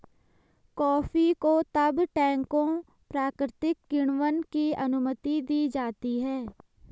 coffee को तब टैंकों प्राकृतिक किण्वन की अनुमति दी जाती है